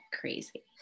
crazy